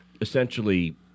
essentially